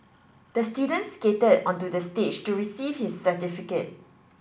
the student skated onto the stage to receive his certificate